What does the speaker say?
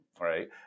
right